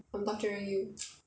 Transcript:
I'm torturing you